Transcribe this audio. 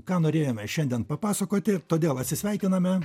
ką norėjome šiandien papasakoti todėl atsisveikiname